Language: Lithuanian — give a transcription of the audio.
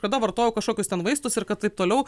kada vartojau kažkokius ten vaistus ir taip toliau